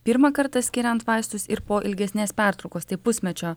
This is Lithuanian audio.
pirmą kartą skiriant vaistus ir po ilgesnės pertraukos tai pusmečio